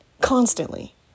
constantly